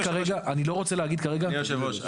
אני לא רוצה להגיד כרגע --- אדוני היושב-ראש,